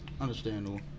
understandable